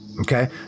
Okay